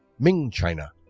ming china